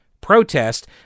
protest